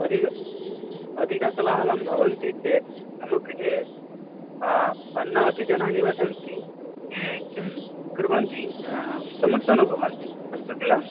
अधिक अधिककोलाहलं भवन्ति चेत् मम गृहे अन्ये अपि जनाः निवसन्ति ये किं कुर्वन्ति समस्याम् अनुभवन्ति अस्तु किल